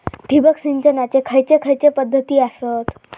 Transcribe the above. ठिबक सिंचनाचे खैयचे खैयचे पध्दती आसत?